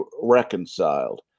reconciled